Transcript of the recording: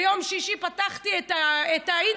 ביום שישי פתחתי את האינטרנט,